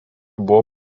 buvo